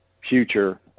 future